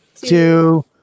Two